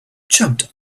jumped